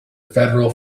federal